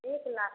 एक लाख में